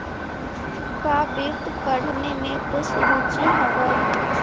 का वित्त पढ़ने में कुछ रुचि हवअ